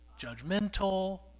judgmental